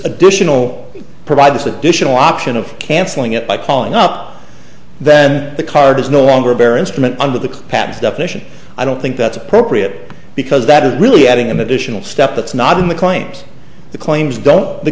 additional provide this additional option of canceling it by calling up then the card is no longer a bear instrument and that the pads definition i don't think that's appropriate because that is really adding an additional step that's not in the claims the claims don't the